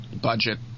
budget